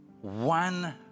one